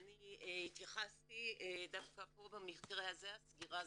אני לא יודעת מאיפה המידע הזה הגיע,